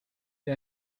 der